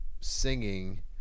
Singing